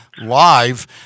live